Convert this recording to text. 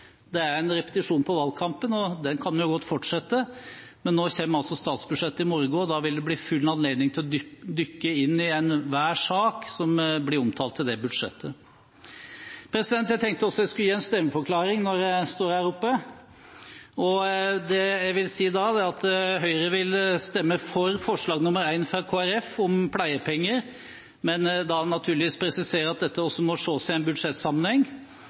Det er en repetisjon av valgkampen, og den kan vi godt fortsette, men nå kommer altså statsbudsjettet i morgen, og da vil det bli full anledning til å dykke ned i enhver sak som blir omtalt i budsjettet. Jeg tenkte også jeg skulle gi en stemmeforklaring når jeg står her oppe. Høyre vil stemme for forslag nr. 1, fra Kristelig Folkeparti, om pleiepenger – men vil naturligvis presisere at dette også må ses i en budsjettsammenheng